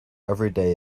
everyday